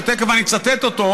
שתכף אני אצטט אותו,